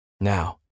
now